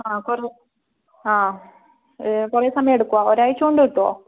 ആ കുറേ ആ ആ കുറേ സമയം എടുക്കുവോ ഒരാഴ്ച കൊണ്ട് കിട്ടുവോ